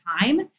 time